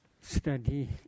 study